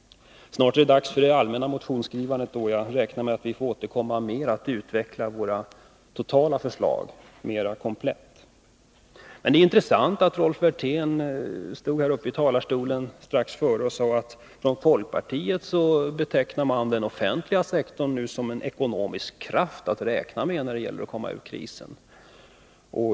Snart är det dags för det allmänna motionsskrivandet och då räknar jag med att vi får återkomma och utveckla våra förslag mera ingående. Det är intressant att Rolf Wirtén nyss stod i talarstolen och sade att folkpartiet nu betecknar den offentliga sektorn som en ekonomisk kraft att räkna med när det gäller att komma ur krisen.